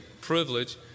privilege